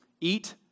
eat